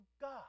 God